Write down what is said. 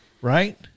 right